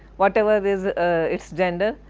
whatever is its gender,